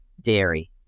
dairy